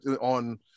on